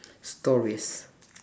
stories